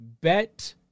bet